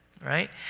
right